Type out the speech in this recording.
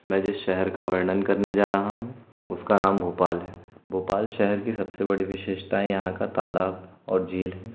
मैं जिस शहर का वर्णन करने जा रहा हूँ उसका नाम भोपाल है भोपाल शहर की सबसे बड़ी विशेषताएँ यहाँ का तालाब और झील